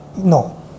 No